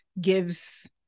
gives